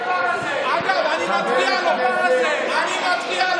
לא מדברים ככה על פוליטיקאים פה, תתבייש לך.